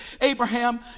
Abraham